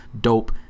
dope